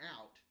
out